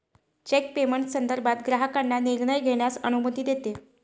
check payment संदर्भात ग्राहकांना निर्णय घेण्यास अनुमती देते